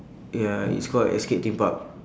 ya it's called escape theme park